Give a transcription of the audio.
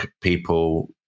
people